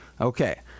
Okay